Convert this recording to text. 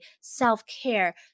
self-care